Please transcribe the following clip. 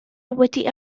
wedi